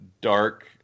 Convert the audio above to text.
dark